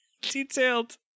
detailed